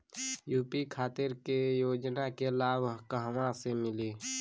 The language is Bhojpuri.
यू.पी खातिर के योजना के लाभ कहवा से मिली?